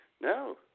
No